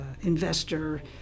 investor